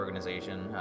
organization